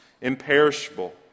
imperishable